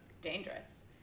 dangerous